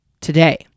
today